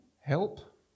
help